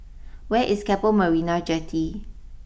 where is Keppel Marina Jetty